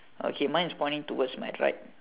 okay mine is pointing towards my right